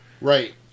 Right